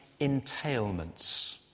entailments